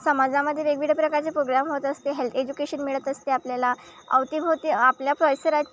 समाजामध्ये वेगवेगळे प्रकारचे प्रोग्राम होत असते हेल्थ एज्युकेशन मिळत असते आपल्याला अवतीभवती आपल्या परिसरात